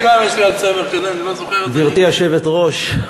גברתי היושבת-ראש,